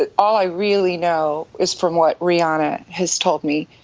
ah all i really know is from what rihanna has told me.